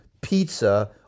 pizza